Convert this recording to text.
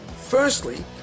Firstly